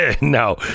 no